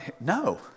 No